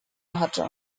hatte